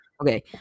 Okay